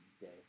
day